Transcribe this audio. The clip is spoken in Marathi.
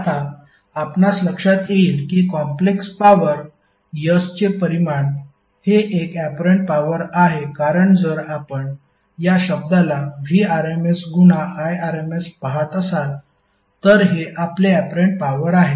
आता आपणास लक्षात येईल की कॉम्प्लेक्स पॉवर S चे परिमाण हे एक ऍपरंट पॉवर आहे कारण जर आपण या शब्दाला Vrms गुना Irms पहात असाल तर हे आपले ऍपरंट पॉवर आहे